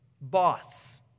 boss